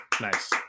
Nice